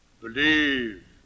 believe